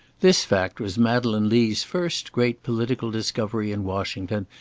this fact was madeleine lee's first great political discovery in washington,